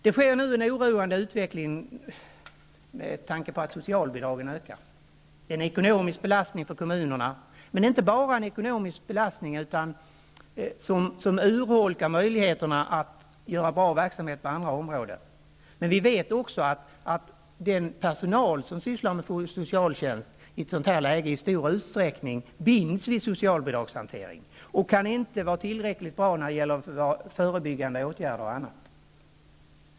Det sker nu en oroande utveckling med tanke på att socialbidragen ökar. Det är en ekonomisk belastning för kommunerna som urholkar möjligheterna att åstadkomma bra verksamhet på andra områden. Men det är inte bara en ekonomisk belastning -- vi vet också att den personal som sysslar med socialtjänst i ett sådant läge i stor utsträckning binds vid socialbidragshantering och inte kan vara tillräckligt bra bl.a. när det gäller att vidta förebyggande åtgärder.